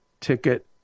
ticket